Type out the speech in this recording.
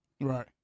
Right